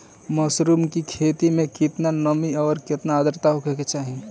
Mushroom की खेती में केतना नमी और आद्रता होखे के चाही?